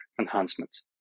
enhancements